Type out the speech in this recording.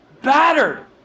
battered